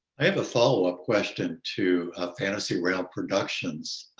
i have a followup question to ah fantasy round productions.